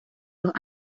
los